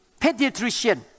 pediatrician